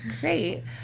Great